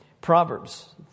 Proverbs